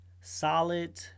solid